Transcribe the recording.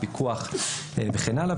הפיקוח וכן הלאה,